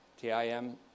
T-I-M